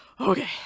Okay